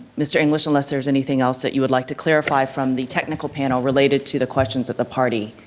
mr. english, unless there's anything else that you would like to clarify from the technical panel related to the questions of the party.